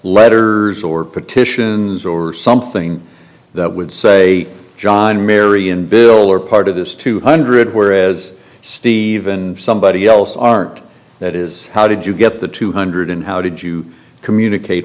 letters or petitions or something that would say john mary and bill are part of this two hundred whereas steven somebody else art that is how did you get the two hundred and how did you communicate